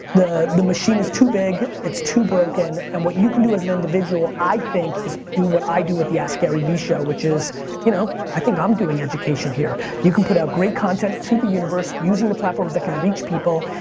the the machine is too big, it's too broken, and what you can do as an individual i think is do what i do with the askgaryvee show which is you know i think i'm doing education here. you can put out great content to the universe using the platforms that can reach people,